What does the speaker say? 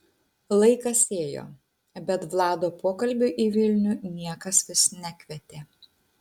laikas ėjo bet vlado pokalbiui į vilnių niekas vis nekvietė